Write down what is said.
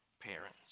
parents